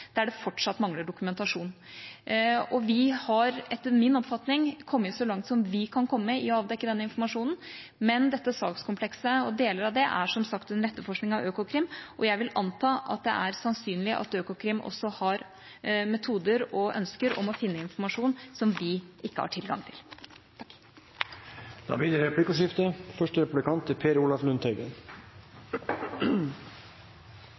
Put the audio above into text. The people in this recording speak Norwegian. der det fortsatt mangler dokumentasjon. Vi har, etter min oppfatning, kommet så langt som vi kan komme i å avdekke denne informasjonen, men dette sakskomplekset og deler av det er som sagt under etterforskning av Økokrim, og jeg vil anta at det er sannsynlig at Økokrim også har metoder for og ønsker om å finne informasjon som vi ikke har tilgang til. Det blir replikkordskifte. Statsråden sier komprimert at arbeidet fortsetter med samme styrke. Det